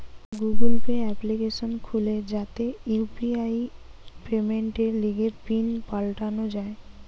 Google Pay application খুলে যাতে UPI পেমেন্টের লিগে পিন পাল্টানো যায়